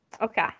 Okay